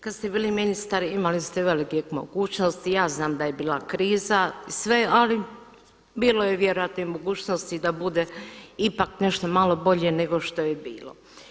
Kada ste bili ministar imali ste velikih mogućnosti, ja znam da je bila kriza i sve ali bilo je vjerojatno i mogućnosti da bude ipak nešto malo bolje nego što je bilo.